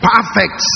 Perfect